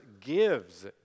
gives